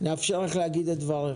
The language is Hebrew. לאפשר לה להגיד את דבריה.